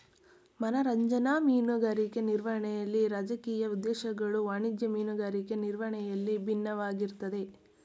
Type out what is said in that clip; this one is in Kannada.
ಮನರಂಜನಾ ಮೀನುಗಾರಿಕೆ ನಿರ್ವಹಣೆಲಿ ರಾಜಕೀಯ ಉದ್ದೇಶಗಳು ವಾಣಿಜ್ಯ ಮೀನುಗಾರಿಕೆ ನಿರ್ವಹಣೆಯಲ್ಲಿ ಬಿನ್ನವಾಗಿರ್ತದೆ